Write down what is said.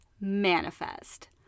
manifest